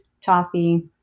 toffee